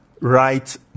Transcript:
right